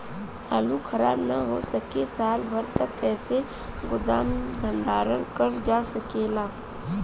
आलू खराब न हो सके साल भर तक कइसे गोदाम मे भण्डारण कर जा सकेला?